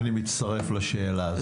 אני מצטרף לשאלה הזאת.